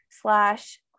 slash